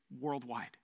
worldwide